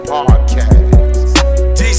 Podcast